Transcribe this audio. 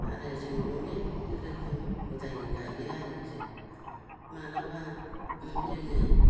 आरो जों अनेख रोखोम हुदायै गायो आरो जों माब्लाबा जोङो